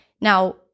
Now